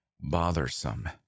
bothersome